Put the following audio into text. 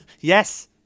yes